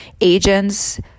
agents